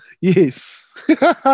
Yes